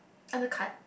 undercut